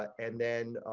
and then